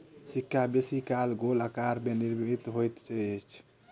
सिक्का बेसी काल गोल आकार में निर्मित होइत अछि